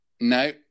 no